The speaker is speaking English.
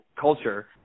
culture